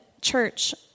church